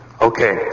Okay